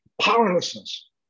Powerlessness